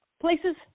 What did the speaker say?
places